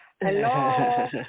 Hello